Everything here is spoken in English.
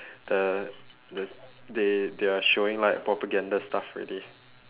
the the they they are showing like propaganda stuff already